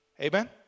Amen